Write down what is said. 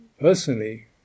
personally